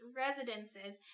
residences